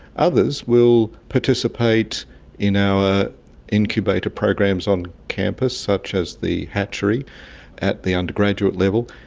others will participate in our incubator programs on campus, such as the hatchery at the undergraduate level.